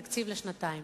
מסוים.